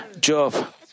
Job